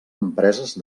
empreses